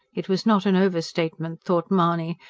it was not an overstatement, thought mahony,